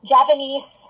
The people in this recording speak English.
Japanese